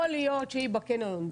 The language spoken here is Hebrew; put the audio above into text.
יכול להיות שהיא בקניון,